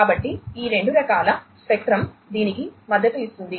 కాబట్టి ఈ రెండు రకాల స్పెక్ట్రం దీనికి మద్దతు ఇస్తుంది